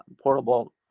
portable